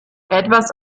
etwas